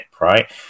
right